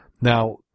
Now